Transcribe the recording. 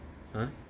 !huh!